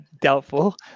doubtful